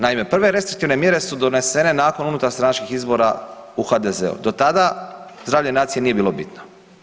Naime, prve restriktivne mjere su donesene nakon unutarstranačkih izbora u HDZ-u, do tada zdravlje nacije nije bilo bitno.